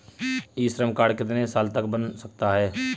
ई Shram card कितने साल तक बन सकता है?